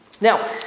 Now